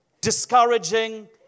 Discouraging